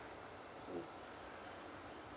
mm